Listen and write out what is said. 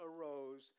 arose